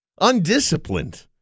undisciplined